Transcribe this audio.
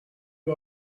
you